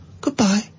Goodbye